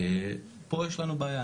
פה יש לנו בעיה,